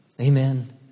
Amen